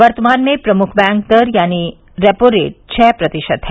वर्तमान में प्रमुख बैंक दर यानी रेपो रेट छह प्रतिशत है